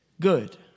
good